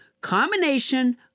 combination